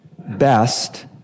best